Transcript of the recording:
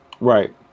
Right